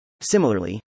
Similarly